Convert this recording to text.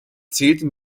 zählte